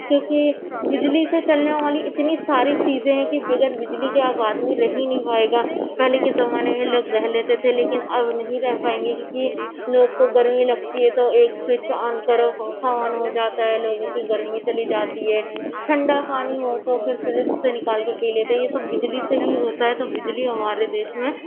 کیونکہ بجلی سے چلنے والی اتنی ساری چیزیں ہیں کہ بغیر بجلی کے اب آدمی رہ ہی نہیں پائے گا پہلے کے زمانے میں لوگ رہ لیتے تھے لیکن اب نہیں رہ پائیں گے کیونکہ لوگوں کو گرمی لگتی ہے تو ایک سوئچ آن کرو پنکھا آن ہو جاتا ہے لوگوں کی گرمی چلی جاتی ہے ٹھنڈہ پانی ہو تو پھر فریج سے نکال کے پی لیتے ہیں یہ سب بجلی سے ہی ہوتا ہے تو بجلی ہمارے دیش میں